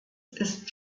ist